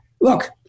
look